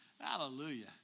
Hallelujah